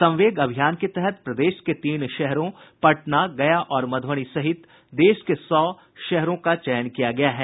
संवेग अभियान के तहत प्रदेश के तीन शहरों पटना गया और मधुबनी सहित देश के सौ शहरों का चयन किया गया है